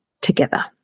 together